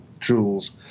jewels